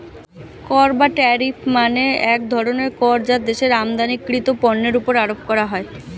কর বা ট্যারিফ মানে এক ধরনের কর যা দেশের আমদানিকৃত পণ্যের উপর আরোপ করা হয়